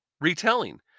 retelling